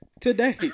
Today